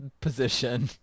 position